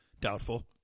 Doubtful